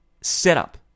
setup